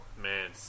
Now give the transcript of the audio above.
Man